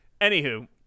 anywho